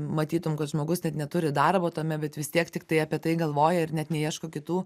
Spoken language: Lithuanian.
matytum kad žmogus neturi darbo tame bet vis tiek tiktai apie tai galvoja ir net neieško kitų